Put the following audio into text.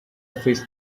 fish